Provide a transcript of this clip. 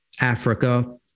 Africa